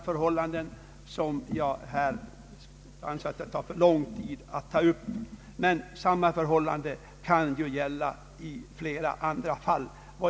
Förhållandet kan vara detsamma på andra håll.